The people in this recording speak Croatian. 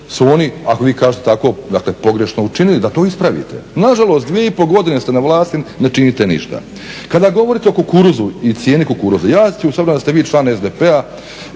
su oni ako vi kažete tako, dakle pogrešno učinili, dakle ispravite. Na žalost dvije i pol godine ste na vlasti ne činite ništa. Kada govorite o kukuruzu i cijeni kukuruza ja ću s obzirom da ste vi član SDP-a